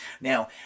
Now